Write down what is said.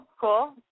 Cool